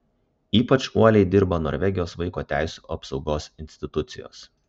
ypač uoliai dirba norvegijos vaiko teisių apsaugos institucijos